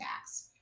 tax